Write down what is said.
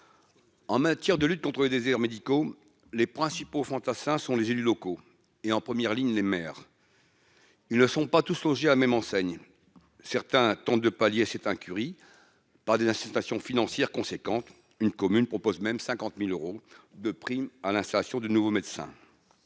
En matière de lutte contre les déserts médicaux, les principaux fantassins sont les élus locaux et en première ligne les mères.-- Ils ne sont pas tous logés à la même enseigne. Certains tentent de pallier cette incurie, par des incitations financières conséquentes une commune propose même 50.000 euros de prime à l'installation de nouveaux médecins.